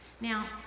Now